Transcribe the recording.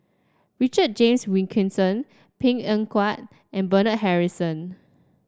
Richard James Wilkinson Png Eng Huat and Bernard Harrison